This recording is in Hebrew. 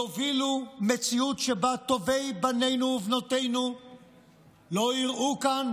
יובילו למציאות שבה טובי בנינו ובנותינו לא יראו כאן